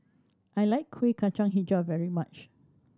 I like Kueh Kacang Hijau very much